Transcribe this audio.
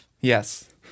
Yes